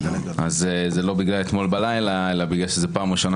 זה לא בגלל אתמול בלילה אלא בגלל שזאת פעם ראשונה